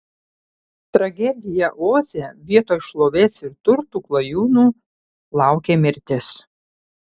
tragedija oze vietoj šlovės ir turtų klajūnų laukė mirtis